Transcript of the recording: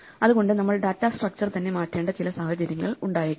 അതുകൊണ്ട് നമ്മൾ data structure തന്നെ മാറ്റേണ്ട ചില സാഹചര്യങ്ങൾ ഉണ്ടായേക്കാം